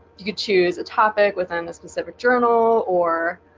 you could choose a topic within the specific journal or